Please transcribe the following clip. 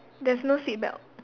there's no seat belt